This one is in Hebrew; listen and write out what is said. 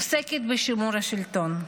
עוסקת בשימור השלטון.